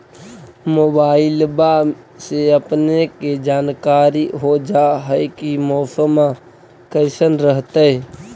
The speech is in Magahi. मोबाईलबा से अपने के जानकारी हो जा है की मौसमा कैसन रहतय?